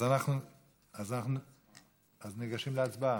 אז ניגשים להצבעה.